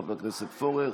חבר הכנסת פורר,